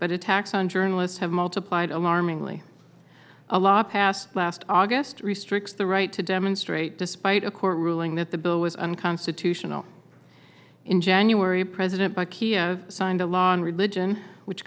but attacks on journalists have multiplied alarmingly a law passed last august restricts the right to demonstrate despite a court ruling that the bill with unconstitutional in january president by kiev signed a law on religion which